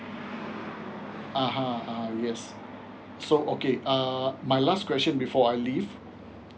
a'ah yes so okay uh my last question before I leave